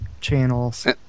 channels